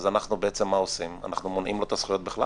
אנחנו מבקשים לפרק הזמן עד שיעשו פעולות לברר את החשש הזה או